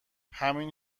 همین